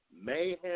Mayhem